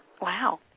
Wow